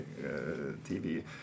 TV